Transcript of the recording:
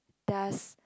does